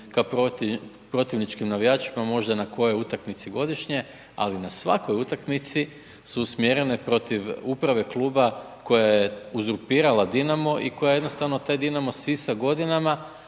k protivničkim navijačima možda na kojoj utakmici godišnje, ali na svakoj utakmici su usmjerene protiv uprave kluba koja je uzurpirala Dinama i koja jednostavno taj Dinamo sisa godinama.